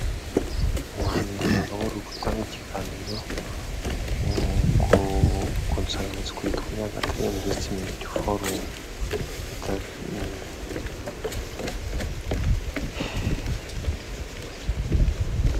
Ni umugabo uri gutanga ikiganiro, ku nsanganyamatsiko yitwa nyagatare investment forum.